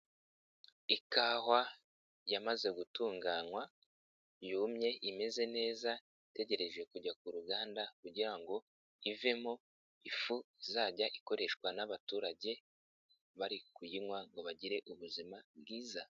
Ikawa yamaze gutunganywa yumye imeze neza itegereje kujya ku ruganda kugira ngo ivemo ifu izajya ikoreshwa n'abaturage, bari kuyinywa ngo bagire ubuzima bwiza.